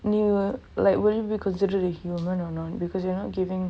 நீ:nee oh like will it be considered a human or not because you're not giving